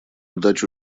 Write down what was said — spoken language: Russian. дачу